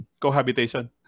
Cohabitation